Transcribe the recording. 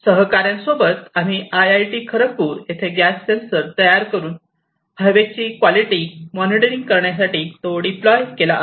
सहकार्यांसोबत आम्ही I I T Kharagpur येथे gas sensor तयार करून हवेची क्वालिटी मॉनिटरिंग साठी डिप्लॉय केला आहे